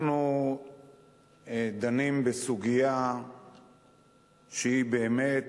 אנחנו דנים בסוגיה שהיא באמת